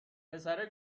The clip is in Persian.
پسره